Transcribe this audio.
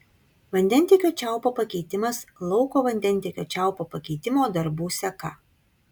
vandentiekio čiaupo pakeitimas lauko vandentiekio čiaupo pakeitimo darbų seka